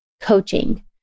coaching